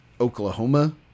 Oklahoma